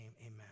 Amen